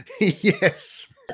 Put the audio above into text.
yes